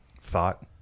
thought